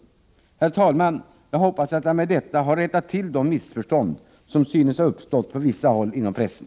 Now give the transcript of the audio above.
Herr talman! Jag hoppas att jag med det anförda har rättat till de missförstånd som synes ha uppstått på vissa håll inom pressen.